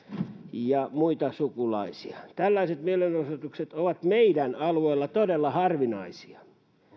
ja muuta sukulaista tällaiset mielenosoitukset ovat meidän alueellamme todella harvinaisia